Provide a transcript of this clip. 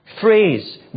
Phrase